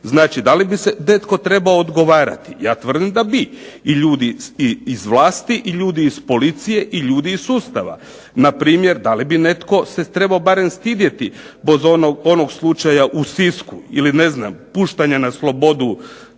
znači da li bi netko trebao odgovarati, ja tvrdim da bi. I ljudi iz vlasti i ljudi iz policije i ljudi iz sustava. Npr. da li bi netko se trebao barem stidjeti zbog onog slučaja u Sisku ili ne znam puštanja na slobodu